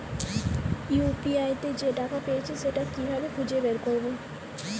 UPI তে যে টাকা পেয়েছি সেটা কিভাবে খুঁজে বের করবো?